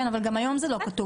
כן, אבל גם היום זה לא כתוב.